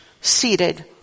seated